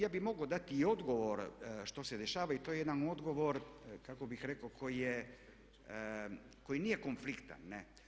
Ja bih mogao dati i odgovor što se dešava i to je jedan odgovor kako bih rekao koji je, koji nije konfliktan.